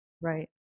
right